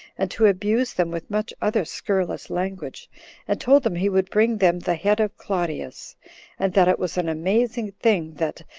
and to abuse them with much other scurrilous language and told them he would bring them the head of claudius and that it was an amazing thing, that,